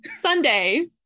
Sunday